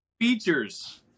features